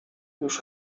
już